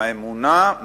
מהאמונה,